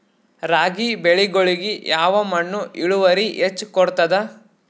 ರಾಗಿ ಬೆಳಿಗೊಳಿಗಿ ಯಾವ ಮಣ್ಣು ಇಳುವರಿ ಹೆಚ್ ಕೊಡ್ತದ?